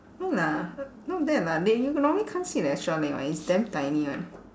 no lah not that lah they you normally can't see the extra leg [one] it's damn tiny [one]